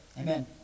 Amen